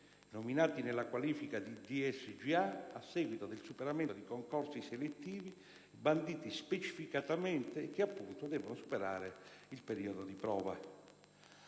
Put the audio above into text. nominati nella qualifica di DSGA a seguito del superamento di concorsi selettivi banditi specificatamente e che, appunto, devono superare il periodo di prova.